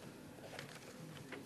בבקשה.